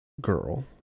girl